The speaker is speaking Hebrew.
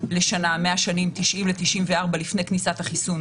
לשנה בין השנים 90 ל-94 לפני כניסת החיסון,